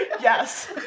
yes